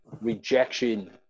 rejection